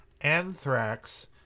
anthrax